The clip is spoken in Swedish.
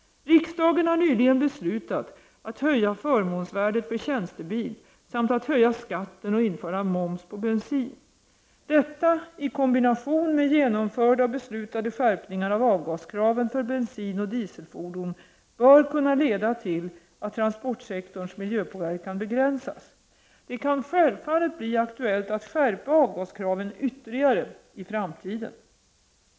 Riksdagen har nyligen beslutat att höja förmånsvärdet för tjänstebil samt att höja skatten och införa moms på bensin. Detta i kombination med genomförda och beslutade skärpningar av avgaskraven för bensinoch diesel fordon bör kunna leda till att tranportsektorns miljöpåverkan begränsas. Det kan självfallet bli aktuellt att skärpa avgaskraven ytterligare i framtiden.